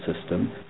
system